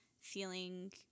feeling